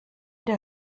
der